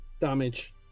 damage